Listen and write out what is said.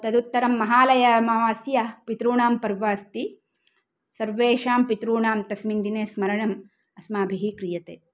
तदुत्तरं महालय अमावास्या पितॄणां पर्व अस्ति सर्वेषां पितॄणां तस्मिन् दिने स्मरणं अस्माभिः क्रियते